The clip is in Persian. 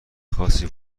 خاصی